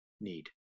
need